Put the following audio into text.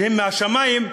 שהם מהשמים,